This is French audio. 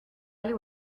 aller